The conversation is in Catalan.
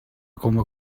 coma